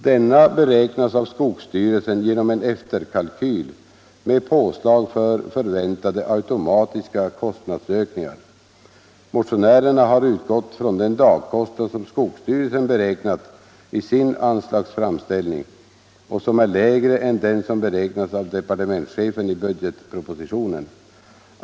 Denna beräknas av skogsstyrelsen genom en efterkalkyl med påslag för förväntade automatiska kostnadsökningar. Motionärerna har utgått från den dagkostnad som skogsstyrelsen beräknat i sin anslagsframställning och som är lägre än den som beräknats av departementschefen i budgetpropositionen.